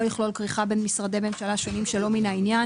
יכלול כריכה בין משרדי ממשלה שונים שלא מן העניין.